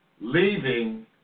leaving